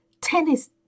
tennis